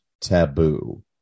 taboo